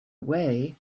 away